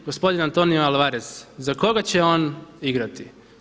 Gospodin Antonio Alvarez za koga će on igrati?